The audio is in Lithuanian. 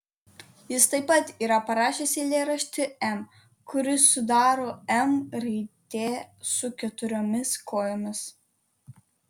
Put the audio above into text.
jis taip pat yra parašęs eilėraštį m kurį sudaro m raidė su keturiomis kojomis